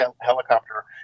helicopter